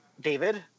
David